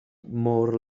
môr